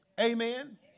Amen